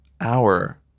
hour